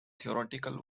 theoretical